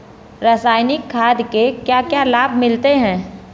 रसायनिक खाद के क्या क्या लाभ मिलते हैं?